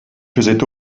faisait